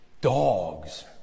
dogs